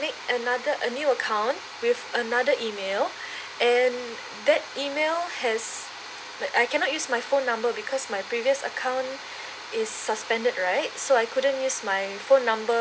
make another a new account with another email and that email has I cannot use my phone number because my previous account is suspended right so I couldn't use my phone number